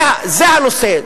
זה הנושא,